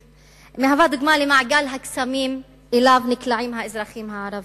למעגל הקסמים שאליו נקלעים האזרחים הערבים.